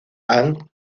han